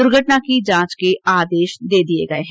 दुर्घटना की जांच के आदेश दे दिये गये हैं